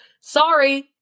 Sorry